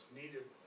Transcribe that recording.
needed